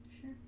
Sure